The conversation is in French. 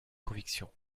convictions